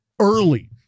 early